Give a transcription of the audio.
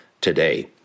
today